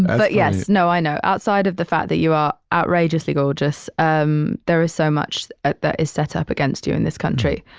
but yes. no, i know. outside of the fact that you are outrageously gorgeous. um there is so much that is set up against you in this country,